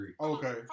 Okay